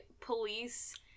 police